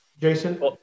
Jason